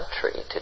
country